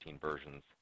versions